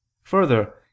Further